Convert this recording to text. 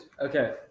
Okay